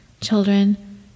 children